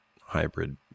hybrid